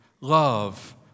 love